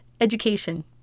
education